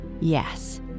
Yes